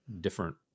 different